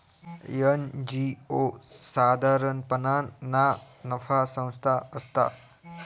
NGO साधारणपणान ना नफा संस्था असता